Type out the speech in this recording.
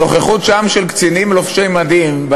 הנוכחות של קצינים לובשי מדים שם,